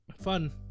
fun